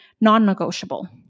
non-negotiable